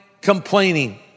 complaining